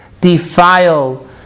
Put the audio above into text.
defile